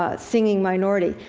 ah singing minority.